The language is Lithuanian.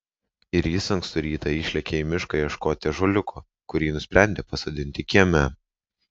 ir jis ankstų rytą išlėkė į mišką ieškoti ąžuoliuko kurį nusprendė pasodinti kieme